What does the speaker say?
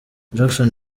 jackson